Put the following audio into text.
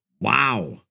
Wow